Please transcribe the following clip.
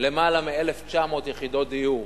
יותר מ-1,900 יחידות דיור